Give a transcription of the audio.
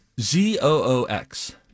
Z-O-O-X